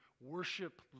worship